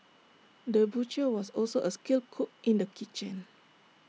the butcher was also A skilled cook in the kitchen